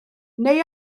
neu